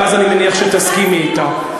ואז אני מניח שתסכימי אתה.